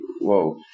Whoa